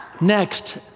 next